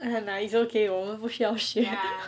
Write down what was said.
!aiya! it's okay 我们不需要学